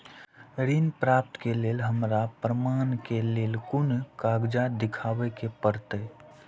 ऋण प्राप्त के लेल हमरा प्रमाण के लेल कुन कागजात दिखाबे के परते?